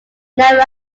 never